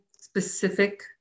specific